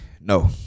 No